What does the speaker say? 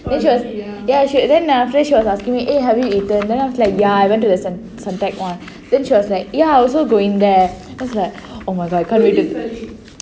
then she was ya she then after that she was asking me eh have you eaten then I was like ya I went to the suntec [one] then she was like ya I also going there then it's like oh my god I can't believe it